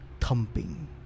thumping